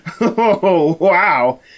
wow